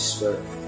Spirit